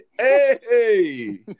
Hey